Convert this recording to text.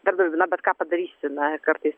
darbdaviui na bet ką padarysi na kartais